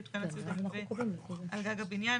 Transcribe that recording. יותקן הציוד הנלווה על גג הבניין,